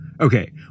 Okay